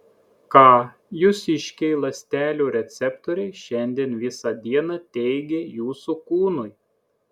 ką jūsiškiai ląstelių receptoriai šiandien visą dieną teigė jūsų kūnui